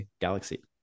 Galaxy